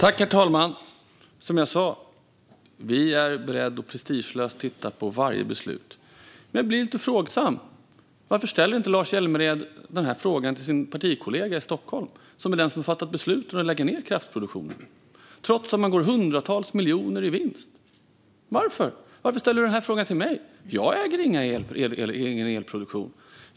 Fru talman! Vi är beredda att prestigelöst titta på varje beslut. Jag blir lite frågande: Varför ställer inte Lars Hjälmered frågan till sin partikollega i Stockholm, som är den som har fattat beslut om att lägga ned kraftproduktionen, trots att den går med hundratals miljoner i vinst? Varför? Varför ställer du den frågan till mig? Jag äger ingen elproduktion.